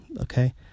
okay